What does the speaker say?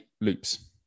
loops